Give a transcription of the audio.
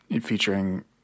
featuring